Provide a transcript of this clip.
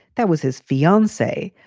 that was his fiance,